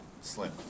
slim